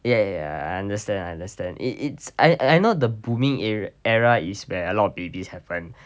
ya ya I understand I understand it it's I I know the booming ar~ era is where a lot of babies happen